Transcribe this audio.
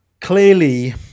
Clearly